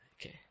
Okay